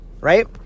right